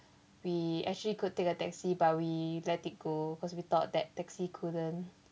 we actually could take a taxi but we let it go because we thought that taxi couldn't